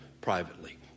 privately